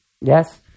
Yes